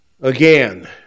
Again